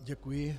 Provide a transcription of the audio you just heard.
Děkuji.